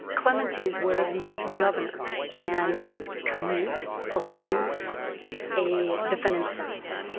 clemency is where the governor can commute or reduce a defendant's sentence.